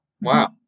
Wow